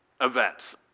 events